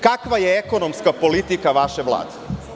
Kakva je ekonomska politika vaše Vlade?